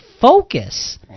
focus